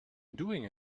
doing